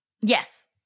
yes